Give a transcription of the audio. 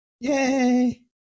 Yay